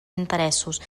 interessos